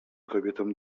kobietom